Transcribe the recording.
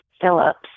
Phillips